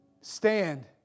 Stand